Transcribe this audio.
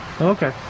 Okay